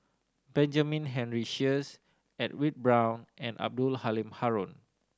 Benjamin Henry Sheares Edwin Brown and Abdul Halim Haron